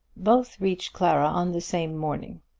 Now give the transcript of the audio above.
both reached clara on the same morning.